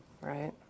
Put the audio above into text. right